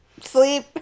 sleep